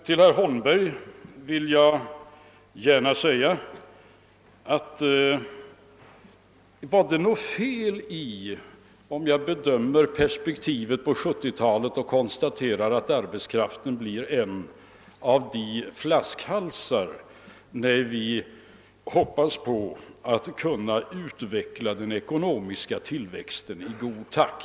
Till herr Holmberg vill jag ställa frågan: Är det något fel i att bedöma perspektivet för 1970-talet så att man konstaterar, att arbetskraften blir en av flaskhalsarna, när vi vill utveckla den ekonomiska tillväxten i god takt?